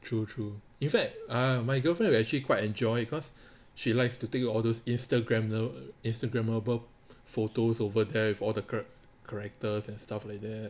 true true in fact err my girlfriend will actually quite enjoy cause she likes to take you all those instagram instagrammable photos over there with all the characters and stuff like that